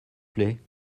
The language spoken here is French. plait